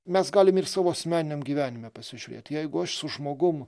mes galim ir savo asmeniniam gyvenime pasižiūrėt jeigu aš su žmogum